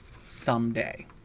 someday